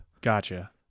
gotcha